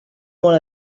molt